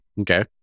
Okay